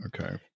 okay